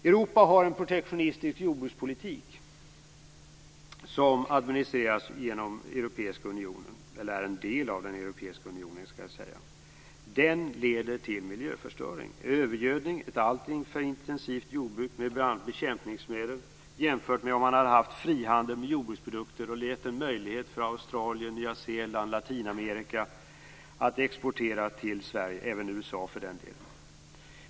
Europa har en protektionistisk jordbrukspolitik som är en del av den europeiska unionen. Den leder till miljöförstöring, övergödning och ett alltför intensivt jordbruk, med bl.a. bekämpningsmedel, jämfört med om man hade haft frihandel med jordbruksprodukter och gett möjligheter till import från Australien, Nya Zeeland, Latinamerika och även USA.